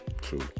true